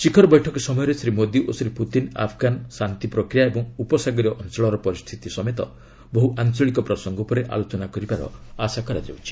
ଶିଖରବୈଠକ ସମୟରେ ଶ୍ରୀ ମୋଦି ଓ ଶ୍ରୀ ପୁତିନ ଆଫଗାନ ଶାନ୍ତି ପ୍ରକ୍ରିୟା ଓ ଉପସାଗରୀୟ ଅଞ୍ଚଳର ପରିସ୍ଥିତି ସମେତ ବହୁ ଆଞ୍ଚଳିକ ପ୍ରସଙ୍ଗ ଉପରେ ଆଲୋଚନା କରିବାର ଆଶା କରାଯାଉଛି